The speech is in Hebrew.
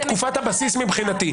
זוהי תקופת הבסיס, מבחינתי.